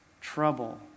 trouble